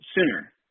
sooner